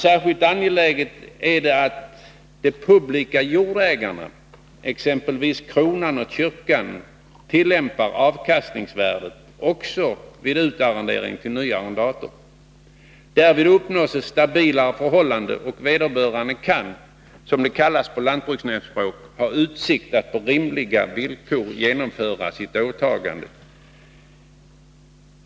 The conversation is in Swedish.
Särskilt angeläget är det att de publika jordägarna, exempelvis kronan och kyrkan, tillämpar avkastningsvärdet också vid utarrendering till ny arrendator. Därvid uppnås ett stabilare förhållande och vederbörande kan, som det kallas på lantbruksnämndsspråk, ha utsikt att på rimliga villkor kunna genomföra sitt åtagande.